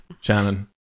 Shannon